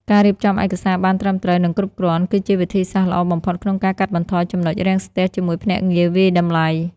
ការរៀបចំឯកសារបានត្រឹមត្រូវ និងគ្រប់គ្រាន់ គឺជាវិធីសាស្ត្រល្អបំផុតក្នុងការកាត់បន្ថយ ចំណុចរាំងស្ទះ ជាមួយភ្នាក់ងារវាយតម្លៃ។